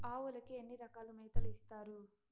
ఆవులకి ఎన్ని రకాల మేతలు ఇస్తారు?